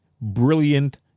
brilliant